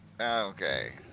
Okay